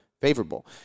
favorable